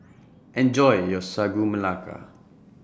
Enjoy your Sagu Melaka